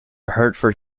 hertford